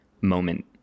moment